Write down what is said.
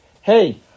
Hey